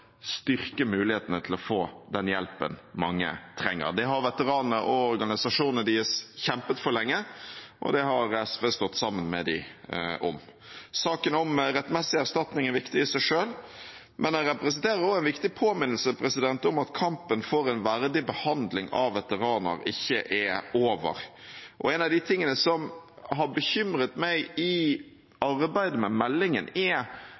styrke mulighetene til å få den hjelpen mange trenger. Det har veteranene og organisasjonene deres kjempet for lenge, og det har SV stått sammen med dem om. Saken om rettmessig erstatning er viktig i seg selv, men den representerer også en viktig påminnelse om at kampen for en verdig behandling av veteraner ikke er over. En av de tingene som har bekymret meg i arbeidet med meldingen,